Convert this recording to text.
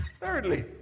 Thirdly